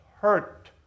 hurt